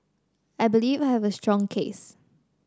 I believe I have a strong case